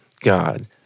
God